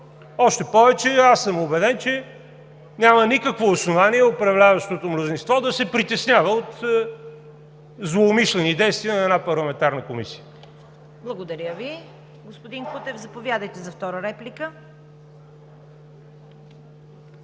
Още повече аз съм убеден, че няма никакво основание управляващото мнозинство да се притеснява от злоумишлени действия на една парламентарна комисия. ПРЕДСЕДАТЕЛ ЦВЕТА КАРАЯНЧЕВА: Благодаря Ви. Господин Кутев, заповядайте за втора реплика.